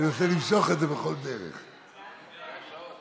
התשפ"א 2021,